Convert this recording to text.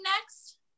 next